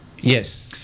Yes